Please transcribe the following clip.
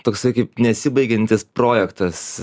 toksai kaip nesibaigiantis projektas